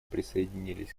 присоединились